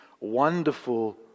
wonderful